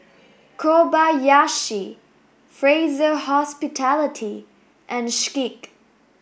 Kobayashi Fraser Hospitality and Schick